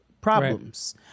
problems